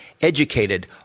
educated